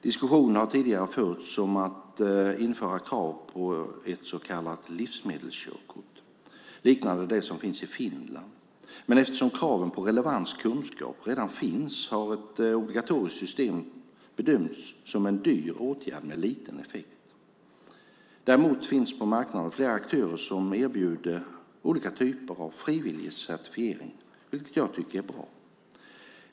Diskussioner har tidigare förts om att införa krav på ett så kallat livsmedelskörkort liknande det som finns i Finland, men eftersom kraven på relevant kunskap redan finns har ett obligatoriskt system bedömts som en dyr åtgärd med liten effekt. Däremot finns på marknaden flera aktörer som erbjuder olika typer av frivillig certifiering, vilket jag tycker är bra.